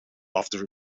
after